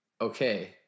okay